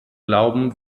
glauben